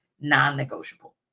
non-negotiable